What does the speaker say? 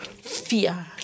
fear